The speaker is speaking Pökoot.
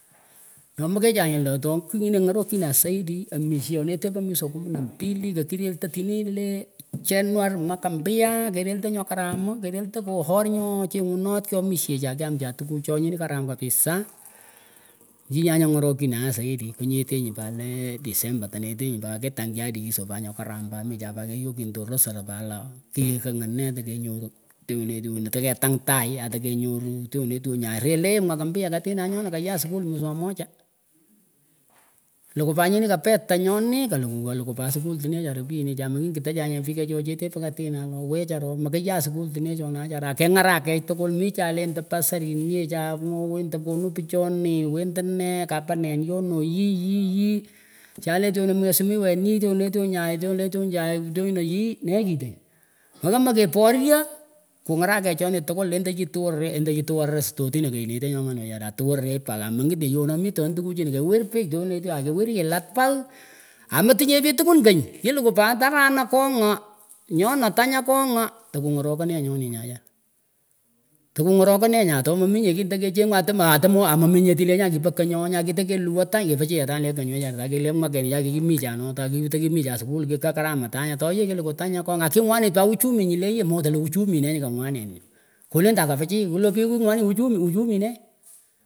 Kinyoh make mekechah nagh lah toh kigh nyini nyongorokchinah zaidi omishah neteh pa mweswah kumi na mbili kekireltah tinih leh january mwaka mpya kereltah nyoh karam ngoh harr nyon chenguneteh kyomishechah kyem chah tukuchah nyinih karam kabisa yiyon nyoh ngorokchinanah saidi nyetenyih pat leh december tenetenyih pat ketang chaneh ukisoh nyoh karam pat michah keyotechinih torot serah pat looh kingoroneh tekehnyoruh twin tuunih teketang tagh ekehtonyoruh tyonah tyonyah rele mwaka mpya katinah nyonah kayat skull meswah moja likuh pat nyinih kapetah nyonih kalukha kalukuh pat skull tinih wechara ropienchah mekingitahchanyeh pihkachah cheteh pa katinah looh wechara ooh mekiyat skull tinyeh chonah wechara akengarak keyh tkwul michaeh lendah bursarin eeh chaeh mwoun leh kanuh pchonih endaneh kapanen yona yih yih yih chaleh tyonah mwishimi wen yih tyonah tyonyah choleh tyonday tyonah yih neeh kich mahamah keporyah kungarakechonih tkwul lendechi tworerer endehchi twororah stotinah kenyeteh nyoman wechara atoh worerer pagh aamengit nyeh wolo mitonih tikuchinih kiwir pich tyoninah tyoayih kiwir kilat pagh ametingnyeh pich tkwul kany kilukuh pat aran akogha nyonah tany akogha tekungorokehneh nyonih tekungorokanehnyeh atomeminyeh tich lenyoh kipah kanyooh nyoh kitekeh luwah tany kipichiy atanyeh le kany wechara atohkile mwakenih kimechanah tah kitah kimichah skull kitako korom atanyuh toyeh kilukuh tany akogha akingwanit pat uchumi nyileh yeh mongitenyeh leh uchumi nenyih kangwanit kdendah kapichiy lah kingwanit uchumi uchumi née.